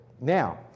Now